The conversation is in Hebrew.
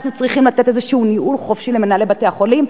אנחנו צריכים לתת איזה ניהול חופשי למנהלי בתי-החולים.